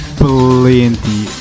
plenty